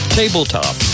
tabletop